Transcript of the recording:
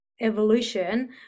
evolution